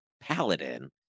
paladin